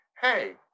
Hey